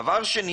דבר שני,